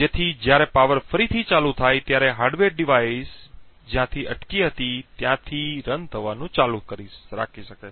જેથી જ્યારે પાવર ફરીથી ચાલુ થાય ત્યારે હાર્ડવેર ડિવાઇસ ખરેખર તે જ્યાંથી અટકી હતી ત્યાંથી ચલાવવાનું ચાલુ રાખી શકે